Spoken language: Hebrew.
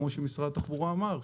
כמו שמשרד התחבורה אמר,